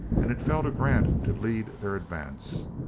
and it fell to grant to lead their advance.